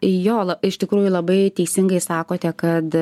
į jola iš tikrųjų labai teisingai sakote kad